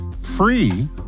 free